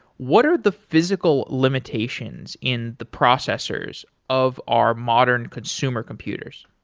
what are the physical limitations in the processors of our modern consumer computers?